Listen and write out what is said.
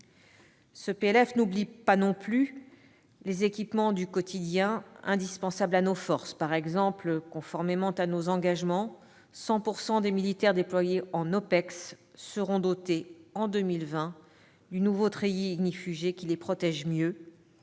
n'oublie pas non plus les équipements du quotidien indispensables à nos forces. Par exemple, conformément à nos engagements, 100 % des militaires déployés en OPEX seront dotés en 2020 du nouveau treillis ignifugé, qui les protège mieux,